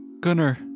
gunner